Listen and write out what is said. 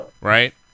Right